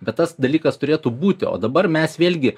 bet tas dalykas turėtų būti o dabar mes vėlgi